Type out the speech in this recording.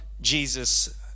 Jesus